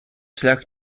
шлях